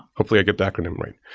hopefully i got the acronym right.